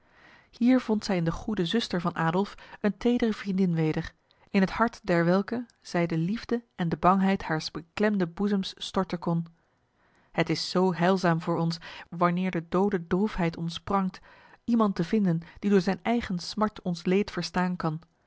hier vond zij in de goede zuster van adolf een tedere vriendin weder in het hart derwelke zij de liefde en de bangheid haars beklemden boezems storten kon het is zo heilzaam voor ons wanneer de dode droefheid ons prangt iemand te vinden die door zijn eigen smart ons leed verstaan kan